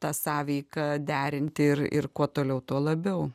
tą sąveiką derinti ir ir kuo toliau tuo labiau